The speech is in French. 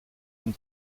une